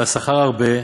והשכר הרבה,